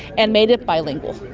and made it bilingual.